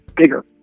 bigger